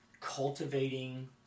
cultivating